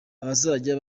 abazajya